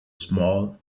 small